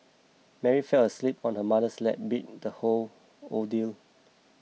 Mary fell asleep on her mother's lap beat the whole ordeal